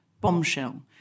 Bombshell